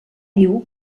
diu